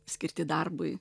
skirti darbui